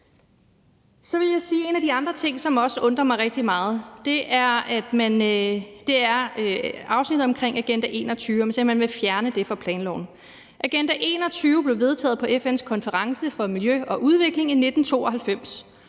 en af de andre ting, som også undrer mig rigtig meget, er afsnittet omkring Agenda 21, og at man simpelt hen vil fjerne det fra planloven. Agenda 21 blev vedtaget på FN's konference for miljø og udvikling i 1992.